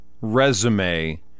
resume